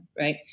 right